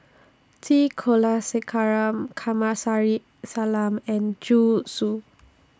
T Kulasekaram Kamsari Salam and Zhu Xu